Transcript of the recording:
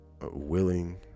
willing